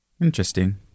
Interesting